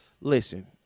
listen